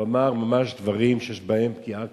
הוא אמר ממש דברים שיש בהם פגיעה קשה.